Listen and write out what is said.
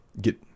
get